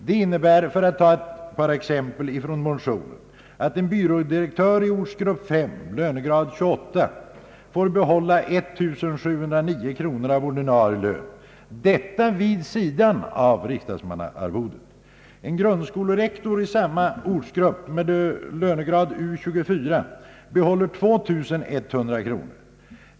Det innebär, för att ta ett par exempel från motionen, att en byrådirektör i ortsgrupp 5, lönegrad 28, får behålla 1709 kronor av ordinarie lön — detta vid sidan av riksdagsmannaarvodet. En grundskolerektor i samma ortsgrupp, med lönegrad U 24, behåller 2100 kronor.